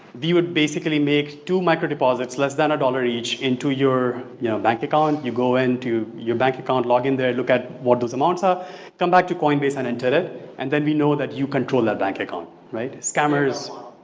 you would basically make two micro deposits less than a dollar each into your you know bank account, you go in to your bank account log in there, look at what those amounts are come back to coinbase and enter it and then we know that you control that bank account right? scammers.